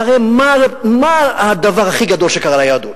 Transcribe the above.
והרי מה הדבר הכי גדול שקרה ליהדות?